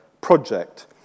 project